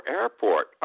airport